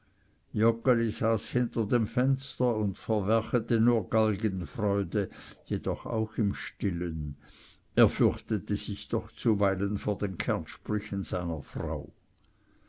hinter dem fenster und verwerchete nur galgenfreude jedoch auch im stillen er fürchtete sich doch zuweilen vor den kernsprüchen seiner frau